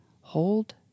hold